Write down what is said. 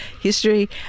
history